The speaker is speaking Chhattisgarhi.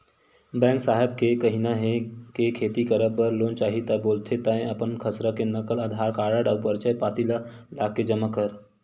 बेंक साहेब के कहिना हे के खेती करब बर लोन चाही ता बोलथे तंय अपन खसरा के नकल, अधार कारड अउ परिचय पाती ल लाके जमा कर